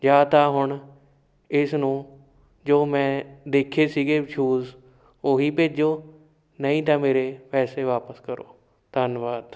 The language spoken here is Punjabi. ਜਾਂ ਤਾਂ ਹੁਣ ਇਸ ਨੂੰ ਜੋ ਮੈਂ ਦੇਖੇ ਸੀਗੇ ਸ਼ੂਜ ਉਹੀ ਭੇਜੋ ਨਹੀਂ ਤਾਂ ਮੇਰੇ ਪੈਸੇ ਵਾਪਸ ਕਰੋ ਧੰਨਵਾਦ